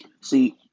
See